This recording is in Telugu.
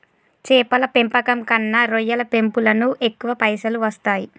చేపల పెంపకం కన్నా రొయ్యల పెంపులను ఎక్కువ పైసలు వస్తాయి